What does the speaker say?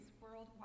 worldwide